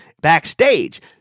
backstage